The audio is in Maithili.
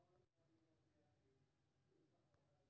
निर्यातक कंपनी अर्थव्यवस्थाक उथल पुथल सं नीक सं निपटि लै छै